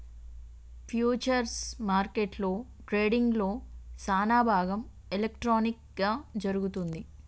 futures మార్కెట్లో ట్రేడింగ్లో సానాభాగం ఎలక్ట్రానిక్ గా జరుగుతుంది